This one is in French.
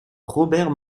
robert